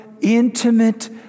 intimate